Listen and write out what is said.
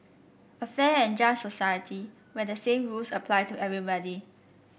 a fair and just society where the same rules apply to everybody